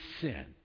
sin